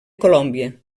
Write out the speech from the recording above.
colòmbia